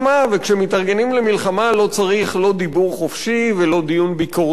כשמתארגנים למלחמה לא צריך לא דיבור חופשי ולא דיון ביקורתי,